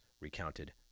recounted